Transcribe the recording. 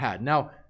Now